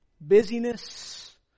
Busyness